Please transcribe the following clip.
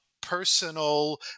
personal